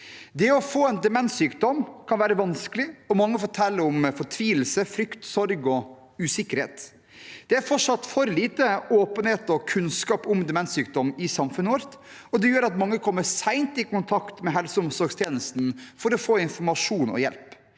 Å få en demenssykdom kan være vanskelig, og mange forteller om fortvilelse, frykt, sorg og usikkerhet. Det er fortsatt for lite åpenhet og kunnskap om demenssykdom i samfunnet vårt, og det gjør at mange kommer sent i kontakt med helse- og omsorgstjenesten for å få informasjon og hjelp.